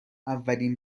اولین